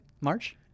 March